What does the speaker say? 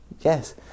Yes